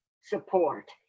support